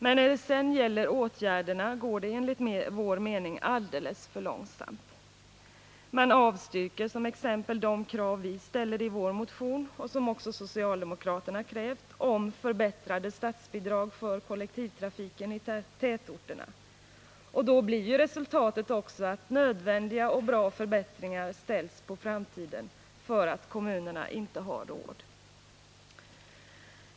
Men när det sedan gäller åtgärderna går det enligt min mening alldeles för långsamt. Man avstyrker t.ex. de krav vi ställer i vår motion — samma krav som också socialdemokraterna fört fram — om förbättrade statsbidrag för kollektivtrafiken i tätorterna. Då blir ju resultatet att nödvändiga och bra förbättringar ställs på framtiden, därför att kommunerna inte har råd att genomföra dem.